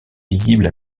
visible